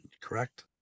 correct